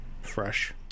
fresh